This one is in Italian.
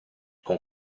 con